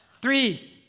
Three